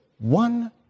one